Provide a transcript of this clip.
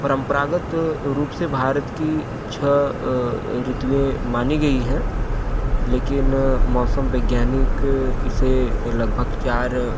परम्परागत रूप से भारत की छः ऋतुएँ मानी गई हैं लेकिन मौसम वैज्ञानिक इसे लगभग चार